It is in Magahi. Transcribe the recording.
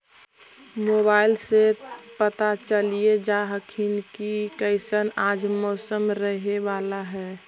मोबाईलबा से पता चलिये जा हखिन की कैसन आज मौसम रहे बाला है?